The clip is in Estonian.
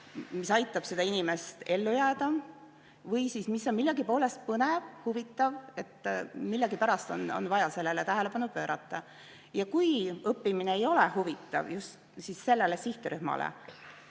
mis aitab sel inimesel ellu jääda või mis on millegi poolest põnev, huvitav, nii et millegipärast on vaja sellele tähelepanu pöörata. Ja kui õppimine ei ole huvitav just sellele sihtrühmale,